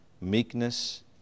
meekness